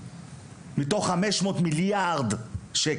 מתוך 500 מיליארד ₪.